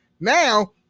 now